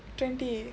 twenty